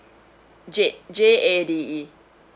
jade J A D E